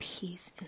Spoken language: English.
peace